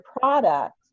product